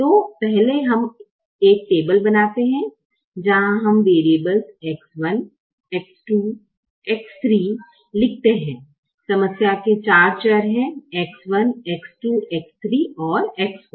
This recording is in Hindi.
तो पहले हम एक टेबल बनाते हैं जहाँ हम वेरिएबल्स X1 X2 X3 लिखते हैं समस्या के चार चर हैं X1 X2 X3 और X4